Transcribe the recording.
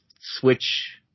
switch